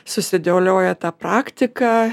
susidiolioja ta praktika